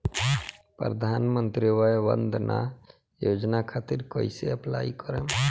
प्रधानमंत्री वय वन्द ना योजना खातिर कइसे अप्लाई करेम?